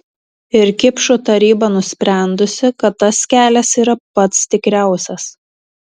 ir kipšų taryba nusprendusi kad tas kelias yra pats tikriausias